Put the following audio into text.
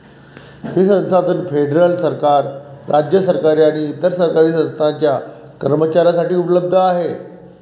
हे संसाधन फेडरल सरकार, राज्य सरकारे आणि इतर सरकारी संस्थांच्या कर्मचाऱ्यांसाठी उपलब्ध आहे